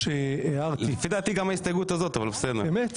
שהערתי --- לפי דעתי גם ההסתייגות הזאת אמת,